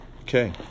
Okay